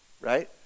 Right